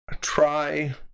try